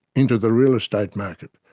into the real estate market,